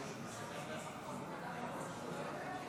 ועדת העלייה והקליטה.